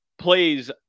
plays